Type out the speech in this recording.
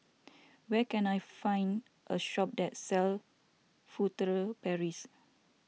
where can I find a shop that sells Furtere Paris